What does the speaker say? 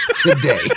today